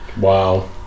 Wow